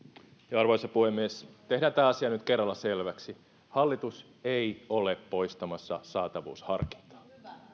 arvoisa puhemies tehdään tämä asia nyt kerralla selväksi hallitus ei ole poistamassa saatavuusharkintaa